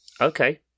Okay